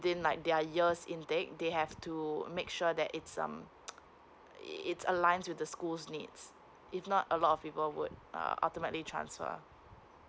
then like their year's intake they have to make sure that it's um eh it aligns with the school's needs if not a lot of people would uh ultimately transfer